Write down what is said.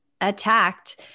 attacked